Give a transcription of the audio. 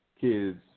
Kids